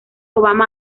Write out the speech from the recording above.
obama